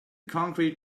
concrete